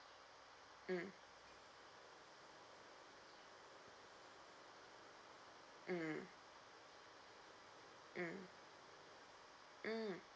mm mm mm mm